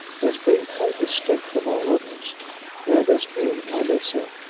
as being quite distinct from all others and as being, i may say,